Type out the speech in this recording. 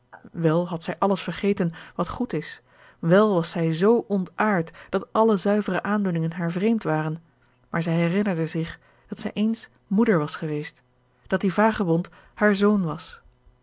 wèl had zij alles vergeten wat goed is wèl was zij z ontaard dat alle zuivere aandoeningen haar vreemd waren maar zij herinnerde zich dat zij eens moeder was geweest dat die vageorge een ongeluksvogel gebond haar zoon was